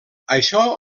això